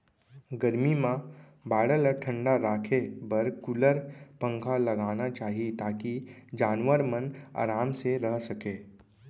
गरमी म बाड़ा ल ठंडा राखे बर कूलर, पंखा लगाना चाही ताकि जानवर मन आराम से रह सकें